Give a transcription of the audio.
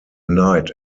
night